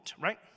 right